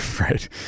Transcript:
right